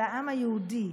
של העם היהודי.